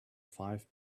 five